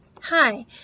hi